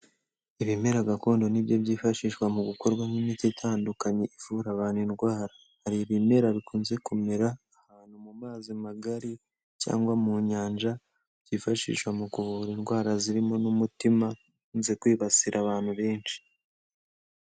Ibimera gakondo ni byo byifashishwa mu gukorwamo imiti itandukanye ivura abantu indwara, hari ibimera bikunze kumera ahantu mu mazi magari cyangwa mu nyanja, byifashishwa mu kuvura indwara zirimo n'umutima ukunze kwibasira abantu benshi.